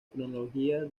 cronología